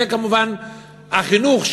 וכמובן החינוך,